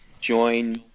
join